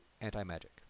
Anti-Magic